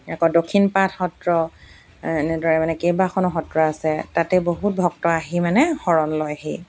আকৌ দক্ষিণ পাঠ সত্ৰ এনেদৰে মানে কেইবাখনো সত্ৰ আছে তাতে বহুত ভক্ত আহি মানে শৰণ লয়হি